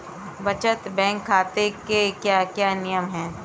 बचत बैंक खाते के क्या क्या नियम हैं?